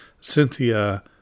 Cynthia